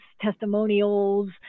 testimonials